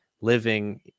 living